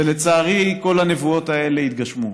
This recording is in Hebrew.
ולצערי, כל הנבואות האלה התגשמו.